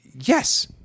Yes